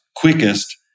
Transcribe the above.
quickest